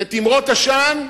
ותימרות עשן,